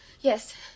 Yes